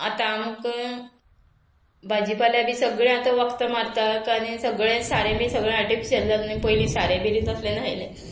आतां आमकां भाजीपाल्या बी सगळें आतां वखद मारतात आनी सगळें सारें बी सगळें आर्टिफिशल पयलीं सारें बी तसलें न्हयलें